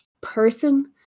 person